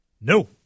No